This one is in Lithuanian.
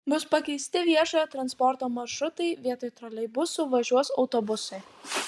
bus pakeisti viešojo transporto maršrutai vietoj troleibusų važiuos autobusai